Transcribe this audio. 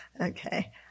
Okay